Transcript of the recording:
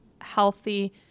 healthy